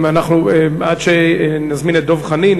עד שנזמין את דב חנין,